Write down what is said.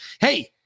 hey